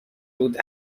رود